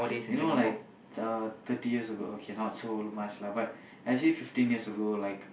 you know like uh thirty years ago okay not so much lah but actually fifteen years ago like